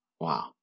Wow